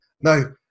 No